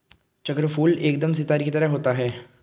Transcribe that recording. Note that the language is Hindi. चक्रफूल एकदम सितारे की तरह होता है